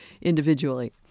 individually